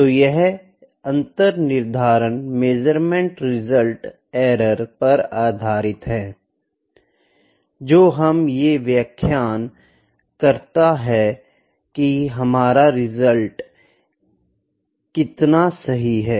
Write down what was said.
तो यह अंतर निर्धारण मेज़रमेंट परिणाम एरर पर आधारित है जो हमे ये व्याख्यान करता है की हमारा परिणाम कितना सही है